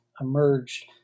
emerged